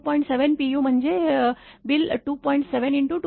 7 pu म्हणजे bill 2